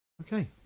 Okay